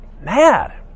mad